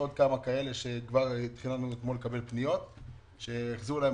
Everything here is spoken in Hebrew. עוד כמה כאלה ואתמול התחלנו לקבל פניות שהחזירו להם